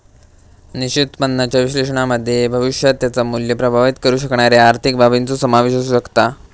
निश्चित उत्पन्नाच्या विश्लेषणामध्ये भविष्यात त्याचा मुल्य प्रभावीत करु शकणारे आर्थिक बाबींचो समावेश असु शकता